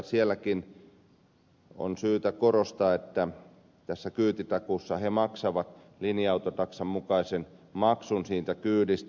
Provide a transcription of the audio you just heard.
sielläkin on syytä korostaa että tässä kyytitakuussa he maksavat linja autotaksan mukaisen maksun siitä kyydistä